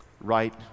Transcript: right